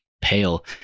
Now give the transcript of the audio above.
pale